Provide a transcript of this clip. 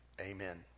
Amen